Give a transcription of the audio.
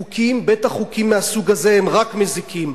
חוקים, בטח חוקים מהסוג הזה, הם רק מזיקים.